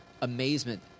amazement